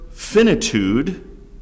Finitude